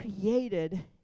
created